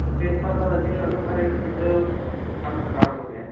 paper ਤਾਂ ਵਧੀਆ ਹੋ ਗਏ ਪਰ ਇੱਕ 'ਚ ਕੰਮ ਖ਼ਰਾਬ ਹੋ ਗਿਆ